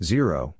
Zero